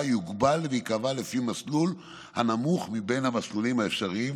יוגבל וייקבע לפי מסלול הנמוך מבין המסלולים האפשריים